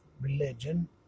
religion